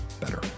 better